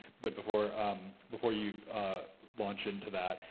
but before before you launch into that,